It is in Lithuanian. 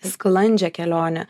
sklandžią kelionę